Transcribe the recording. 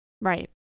Right